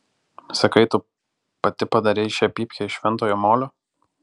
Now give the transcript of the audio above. sakai tu pati padarei šią pypkę iš šventojo molio